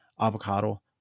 avocado